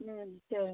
ம் சரி